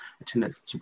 attendance